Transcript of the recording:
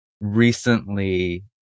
recently